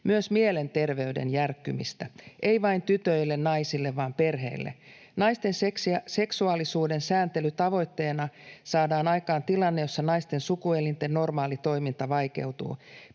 myös mielenterveyden järkkymistä, ei vain tytöille, naisille, vaan perheille. Naisten seksuaalisuuden sääntelyn tavoitteena saadaan aikaan tilanne, jossa naisten sukuelinten normaali toiminta vaikeutuu.